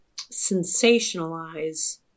sensationalize